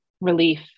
relief